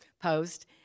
post